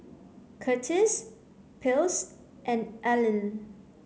Curtis Ples and Allyn